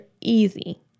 easy